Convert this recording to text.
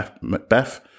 Macbeth